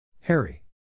Harry